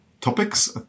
topics